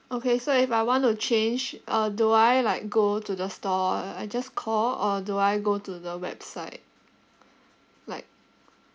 okay so if I want to change uh do I like go to the store or I just call or do I go to the website like